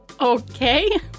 Okay